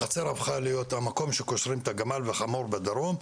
החצר הפכה להיות המקום שקושרים את הגמל והחמור בדרום,